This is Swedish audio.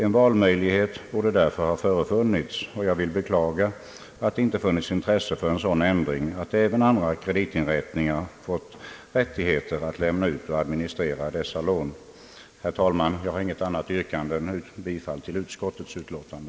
En valmöjlighet borde därför ha förefunnits. Jag vill beklaga att det inte har funnits intresse för en sådan ändring att även andra kreditinrättningar fått rätt att lämha ut och administrera dessa lån. Jag har, herr talman, inget annat yrkande än om bifall till utskottets utlåtande.